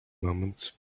moments